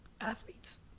athletes